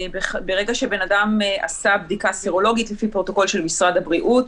ברגע שבן אדם עשה בדיקה סרולוגית לפי פרוטוקול של משרד הבריאות,